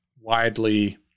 widely